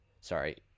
sorry